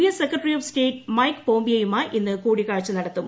S secretary of state Mike പോംപിയോയുമായി ഇന്ന് കൂടിക്കാഴ്ച നടത്തും